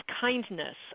kindness